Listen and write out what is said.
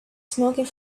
smoking